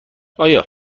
آیا